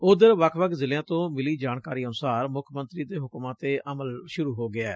ਉਧਰ ਵੱਖ ਵੱਖ ਜ਼ਿਲ੍ਹਿਆਂ ਤੋਂ ਮਿਲੀ ਜਾਣਕਾਰੀ ਅਨੁਸਾਰ ਮੁੱਖ ਮੰਤਰੀ ਦੇ ਹੁਕਮਾਂ ਤੇ ਅਮਲ ਸੁਰੂ ਹੋ ਗੈ